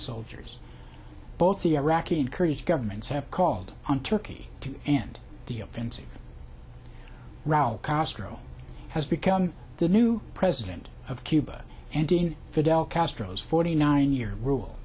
soldiers both iraqi and kurdish governments have called on turkey to end the offensive raul castro has become the new president of cuba and in fidel castro's forty nine year rule